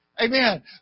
Amen